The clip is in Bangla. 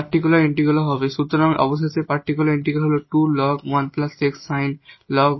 পারটিকুলার ইন্টিগ্রাল যা সুতরাং অবশেষে পারটিকুলার ইন্টিগ্রাল হল 2 ln1 𝑥 sinln1 𝑥